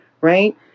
right